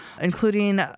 including